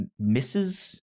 Mrs